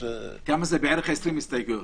כמה זה בערך, 20 הסתייגויות?